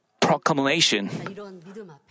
proclamation